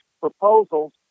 proposals